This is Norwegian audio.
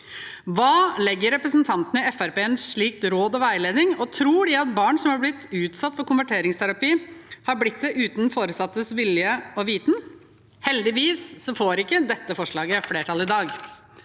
Hva legger representantene i Fremskrittspartiet i slik råd og veiledning, og tror de at barn som har blitt utsatt for konverteringsterapi, har blitt det uten foresattes vilje og viten? Heldigvis får ikke dette forslaget flertall i dag.